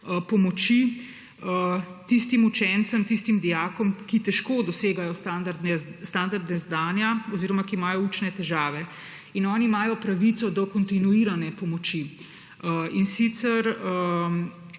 pomoči tistim učencem, tistim dijakom, ki težko dosegajo standarde znanja oziroma ki imajo učne težave. Oni imajo pravico do kontinuirane pomoči. Še pred